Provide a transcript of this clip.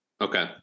Okay